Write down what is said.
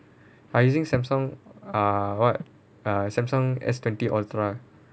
I using Samsung ah what ah Samsung S twenty ultra